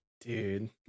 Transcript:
dude